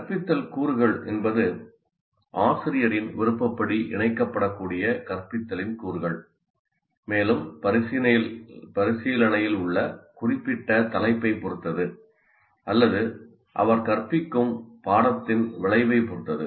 கற்பித்தல் கூறுகள் என்பது ஆசிரியரின் விருப்பப்படி இணைக்கப்படக்கூடிய கற்பித்தலின் கூறுகள் மேலும் பரிசீலனையில் உள்ள குறிப்பிட்ட தலைப்பைப் பொறுத்தது அல்லது அவர் கற்பிக்கும் பாடத்தின் விளைவைப் பொறுத்தது